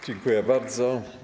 Dziękuję bardzo.